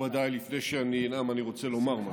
מכובדיי, לפני שאני אנאם אני רוצה לומר משהו.